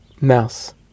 mouse